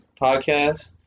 podcast